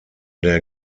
der